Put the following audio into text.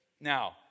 Now